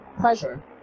pleasure